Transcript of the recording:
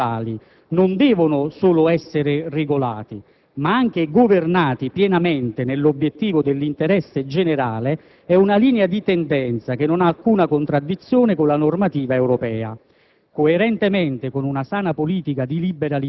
Recuperare l'idea che i monopoli naturali non devono solo essere regolati, ma anche governati pienamente nell'obiettivo dell'interesse generale è una linea di tendenza che non ha alcuna contraddizione con la normativa europea.